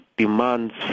demands